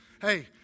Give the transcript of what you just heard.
Hey